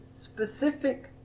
specific